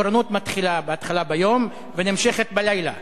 תורנות מתחילה ביום ונמשכת בלילה.